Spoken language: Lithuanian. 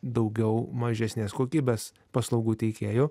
daugiau mažesnės kokybės paslaugų teikėjų